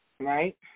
right